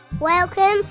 Welcome